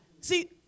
See